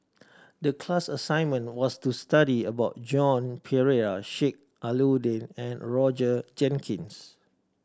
the class assignment was to study about Joan Pereira Sheik Alau'ddin and Roger Jenkins